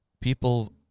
people